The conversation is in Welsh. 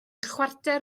chwarter